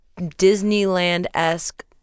disneyland-esque